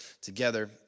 together